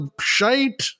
shite